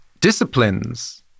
disciplines